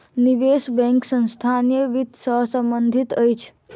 निवेश बैंक संस्थानीय वित्त सॅ संबंधित अछि